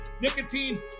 Nicotine